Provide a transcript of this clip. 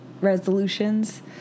resolutions